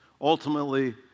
Ultimately